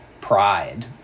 pride